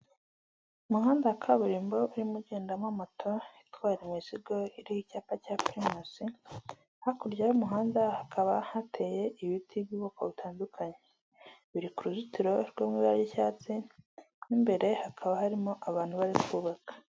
Umuhanda wa kaburimbo urimo ugendamo moto, itwara imizigo iriho icyapa cya Pirimusi, hakurya y'umuhanda hakaba hateye ibiti by'ubwoko butandukanye. Biri ku ruzitiro rwo mu ibara ry'icyatsi, mo imbere hakaba harimo abantu bari kubaka.